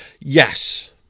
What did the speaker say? Yes